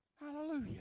Hallelujah